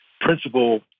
principal